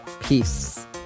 Peace